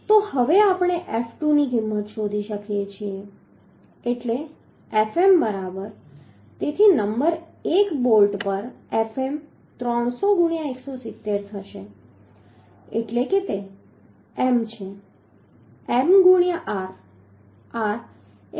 તો હવે આપણે F2 ની કિંમત શોધી શકીએ છીએ એટલે Fm બરાબર તેથી નંબર 1 બોલ્ટ પર Fm 300 ગુણ્યા 170 થશે એટલે કે તે M છે M ગુણ્યા r